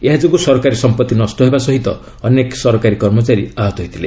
ଏହାଯୋଗୁଁ ସରକାରୀ ସମ୍ପଭି ନଷ୍ଟ ହେବା ସହ ଅନେକ ସରକାରୀ କର୍ମଚାରୀ ଆହତ ହୋଇଥିଲେ